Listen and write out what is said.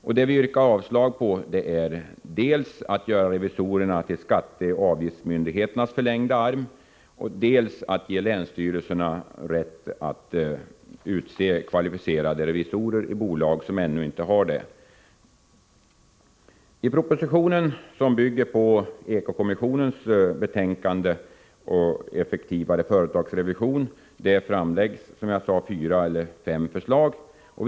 Vad vi yrkar avslag på är dels förslaget att göra revisorerna till skatteoch avgiftsmyndigheternas förlängda arm, dels förslaget att ge länsstyrelserna rätt att utse kvalificerad revisor i bolag som ännu inte har sådan. I propositionen, som bygger på Eko-kommissionens betänkande Effektivare företagsrevision, framläggs, som jag sade, fem förslag till lagändringar.